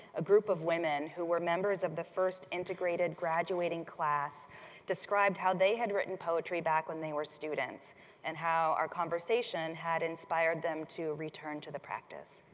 a group of women who were members of the first integrated graduating class described how they had written poetry back when they were students and how our conversation had inspired them to return to the practice.